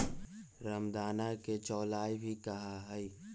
रामदाना के चौलाई भी कहा हई